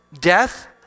death